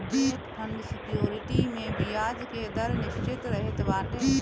debt fund security में बियाज के दर निश्चित रहत बाटे